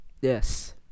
Yes